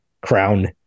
crown